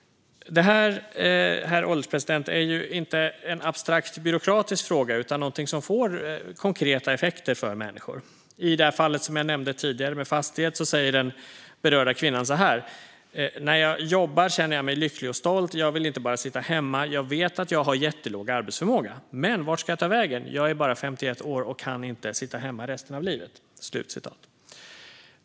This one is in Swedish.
Det här, herr ålderspresident, är inte en abstrakt byråkratisk fråga utan någonting som får konkreta effekter för människor. I det fall som jag nämnde tidigare med Fastighets säger den berörda kvinnan så här: När jag jobbar känner jag mig lycklig och stolt. Jag vill inte bara sitta hemma. Jag vet att jag har jättelåg arbetsförmåga. Men vart ska jag ta vägen? Jag är bara 51 år och kan inte sitta hemma resten av livet.